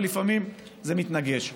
ולפעמים זה מתנגש.